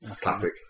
classic